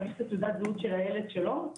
צריך את תעודת הזהות של הילד שלו,